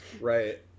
Right